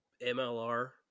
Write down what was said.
MLR